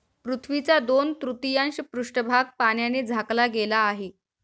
पृथ्वीचा दोन तृतीयांश पृष्ठभाग पाण्याने झाकला गेला आहे